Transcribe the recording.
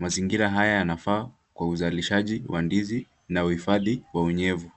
Mazingira haya yanafaa kwa uzalishaji wa ndizi na uhifadhi wa unyevu.